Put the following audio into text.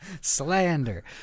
Slander